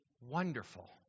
wonderful